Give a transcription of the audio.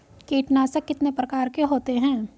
कीटनाशक कितने प्रकार के होते हैं?